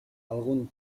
algun